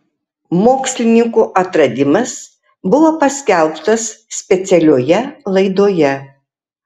mokslininkų atradimas buvo paskelbtas specialioje laidoje